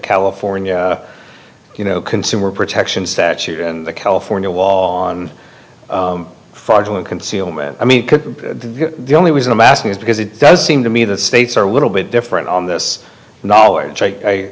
california you know consumer protection statute and the california wall on fargo and concealment i mean the only reason i'm asking is because it does seem to me the states are a little bit different on this knowledge i